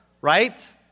right